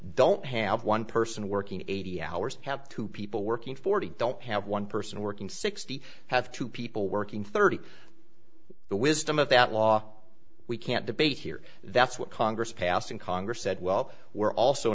don't have one person working eighty hours have two people working forty don't have one person working sixty have two people working thirty the wisdom of that law we can't debate here that's what congress passed in congress said well we're also